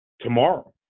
tomorrow